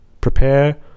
prepare